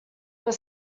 were